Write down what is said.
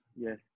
Yes